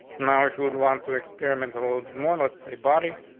now if you would want to experimental more, let's a body.